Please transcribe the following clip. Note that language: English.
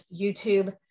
YouTube